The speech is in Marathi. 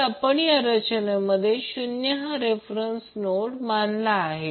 तर आपण या रचनेमध्ये o हा रेफरन्स नोड मानला आहे